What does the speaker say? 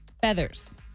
feathers